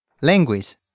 language